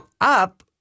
up